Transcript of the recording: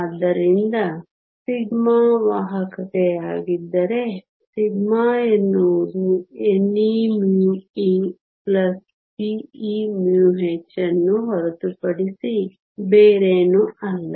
ಆದ್ದರಿಂದ σ ವಾಹಕತೆಯಾಗಿದ್ದರೆ ಸಿಗ್ಮಾ ಎನ್ನುವುದು n e μe p e μh ಅನ್ನು ಹೊರತುಪಡಿಸಿ ಬೇರೇನೂ ಅಲ್ಲ